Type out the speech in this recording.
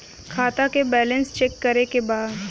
खाता का balance check करे के बा?